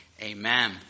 amen